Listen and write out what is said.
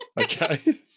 okay